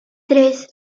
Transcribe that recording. tres